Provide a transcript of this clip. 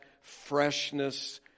freshness